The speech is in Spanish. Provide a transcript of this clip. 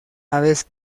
aves